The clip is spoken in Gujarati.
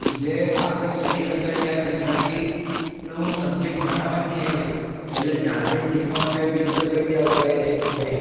જે આપણે સ્ટડી કરતા હોઈ ત્યાં ગુજરાતીનું સબ્જેક્ટ ભણાવવામાં જ નહીં આવ્યો હોય એટલે જાતે શીખવા સિવાય બીજો તો કોઈ ત્યાં ઉપાય રહે નહીં